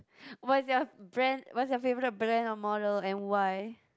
what's your brand what's your favourite brand or model and why